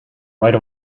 right